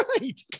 right